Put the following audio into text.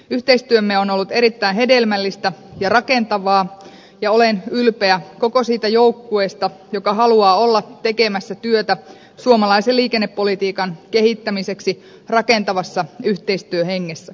yhteistyömme on ollut erittäin hedelmällistä ja rakentavaa ja olen ylpeä koko siitä joukkueesta joka haluaa olla tekemässä työtä suomalaisen liikennepolitiikan kehittämiseksi rakentavassa yhteistyöhengessä